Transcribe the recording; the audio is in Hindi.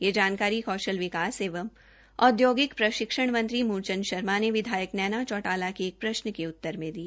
यह जानकारी कौशल एवं औद्योगिक प्रशिक्षण मंत्री मूल चंद शर्मा ने विधायक नैना चौटाला के एक प्रशन के उत्तर में दी